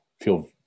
feel